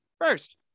first